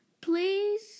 Please